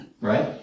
Right